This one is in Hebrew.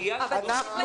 אנחנו